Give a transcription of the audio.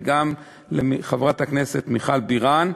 וגם לחברת הכנסת מיכל בירן,